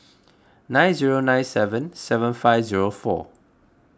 nine zero nine seven seven five zero four